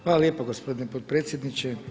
Hvala lijepo gospodine potpredsjedniče.